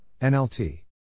NLT